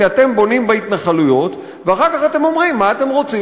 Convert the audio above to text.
כי אתם בונים בהתנחלויות ואחר כך אתם אומרים: מה אתם רוצים,